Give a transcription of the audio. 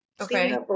Okay